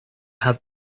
have